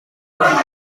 lleis